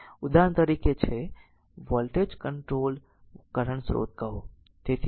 આ ઉદાહરણ તરીકે છે કરંટ કંટ્રોલ્ડ કરંટ સ્રોત કહો